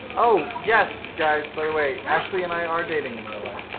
oh, yes, guys, by the way. ashley and i are dating in real life.